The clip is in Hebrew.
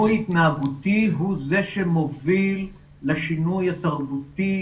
שינוי התנהגותי הוא זה שמוביל לשינוי התרבותי